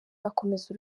akomeza